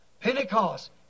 Pentecost